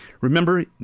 Remember